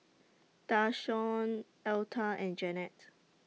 Dashawn Alta and Janet